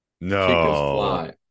No